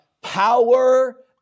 power